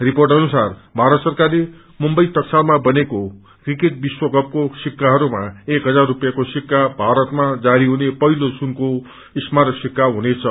report अनुसार भारत सरकारको मुम्बई टकसालमा बनेको क्रिकेट विश्व कपको सिक्काहरूमा एक इजार सपियाँको सिक्का भारताम जारी हुने पहिलो सुनको स्मारक सिका हुनेछ